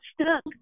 stuck